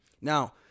Now